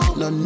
no